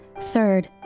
Third